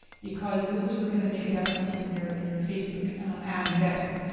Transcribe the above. because this is really going to make a difference in your in your facebook ad investment.